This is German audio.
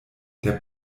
der